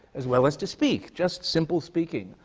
as well as to speak, just simple speaking.